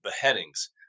beheadings